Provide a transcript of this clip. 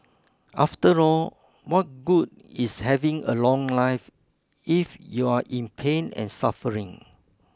after all what good is having a long life if you're in pain and suffering